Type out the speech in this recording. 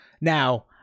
Now